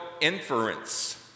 inference